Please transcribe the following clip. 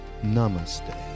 namaste